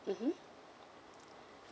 mmhmm